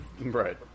right